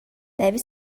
deve